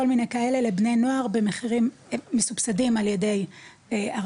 כל מיני כאלה לבני נוער במחירים מסובסדים על ידי הרשות,